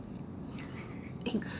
eggs